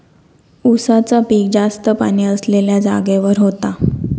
उसाचा पिक जास्त पाणी असलेल्या जागेवर होता